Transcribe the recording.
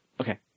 Okay